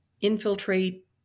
infiltrate